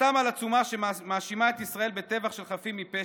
חתם על עצומה שמאשימה את ישראל בטבח של חפים מפשע,